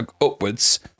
upwards